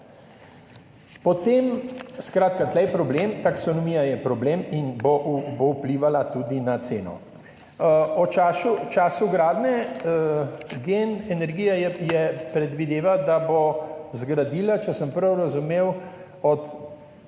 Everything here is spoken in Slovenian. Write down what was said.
Skratka, tu je problem, taksonomija je problem in bo vplivala tudi na ceno. Čas gradnje, Gen energija predvideva, da bo zgradila, če sem prav razumel,